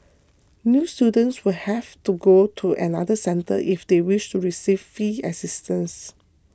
new students will have to go to another centre if they wish to receive fee assistance